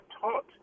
taught